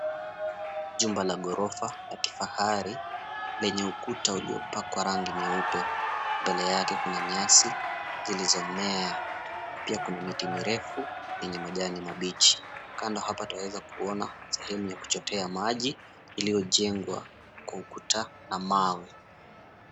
jumbo la gorofa la kibahari lenye ukuta uliopakwa rangi nyeupe . Mbele yake kuna nyasi zilizomea pia kuna mti mirefu yenye majani mabichi kando hapa twaweza kuona sehemu ya kuchotea maji iliyo jengwa kwa ukuta la mawe